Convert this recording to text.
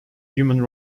human